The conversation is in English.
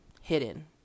hidden